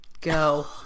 go